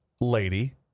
lady